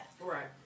Right